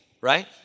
right